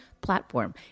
platform